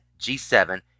G7